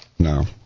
No